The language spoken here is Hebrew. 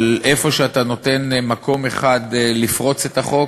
איפה שאתה נותן מקום אחד לפרוץ את החוק,